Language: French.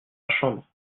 chambre